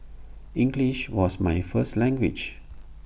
English was my first language